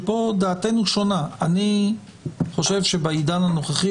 שפה דעתנו שונה אני חושב שבעידן הנוכחי